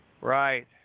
Right